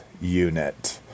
unit